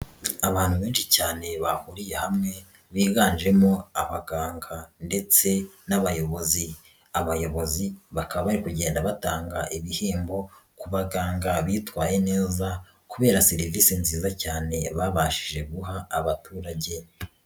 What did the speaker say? Abantu benshi cyane bahuriye hamwe, biganjemo abaganga ndetse n'abayobozi, abayobozi bakaba bari kugenda batanga ibihembo ku baganga bitwaye neza, kubera serivisi nziza cyane babashije guha abaturage.